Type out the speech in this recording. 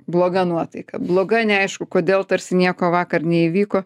bloga nuotaika bloga neaišku kodėl tarsi nieko vakar neįvyko